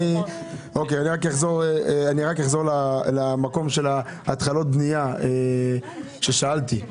אני אחזור למקום של התחלות הבנייה עליהן שאלתי.